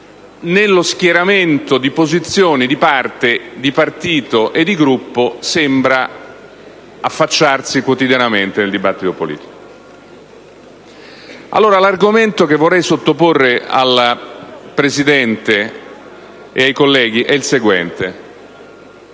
nello schieramento di posizioni di partito e di Gruppo, sembra affacciarsi quotidianamente nel dibattito politico. L'argomento che vorrei sottoporre alla Presidente e ai colleghi è il seguente.